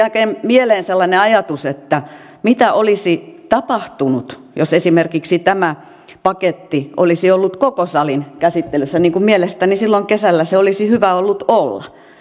mieleen sellainen ajatus että mitä olisi tapahtunut jos esimerkiksi tämä paketti olisi ollut koko salin käsittelyssä niin kuin mielestäni silloin kesällä sen olisi hyvä ollut olla